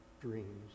dreams